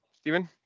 Stephen